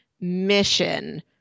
mission